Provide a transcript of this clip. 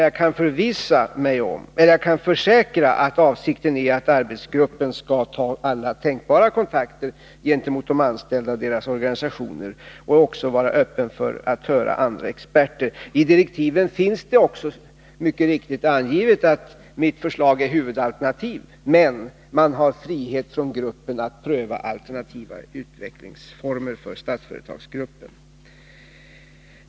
Jag kan emellertid försäkra att avsikten är att arbetsgruppen skall ta alla tänkbara kontakter med de anställda och deras organisationer samt även vara öppen för att höra andra experter. I direktiven anges också mycket riktigt att mitt förslag är huvudalternativ men att gruppen har frihet att pröva alternativa utvecklingsformer för Statsföretagsgruppen.